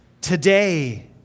today